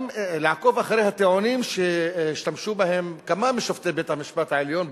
גם לעקוב אחרי הטיעונים שהשתמשו בהם כמה משופטי בית-המשפט העליון,